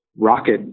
rocket